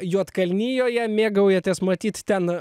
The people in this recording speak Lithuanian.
juodkalnijoje mėgaujatės matyt ten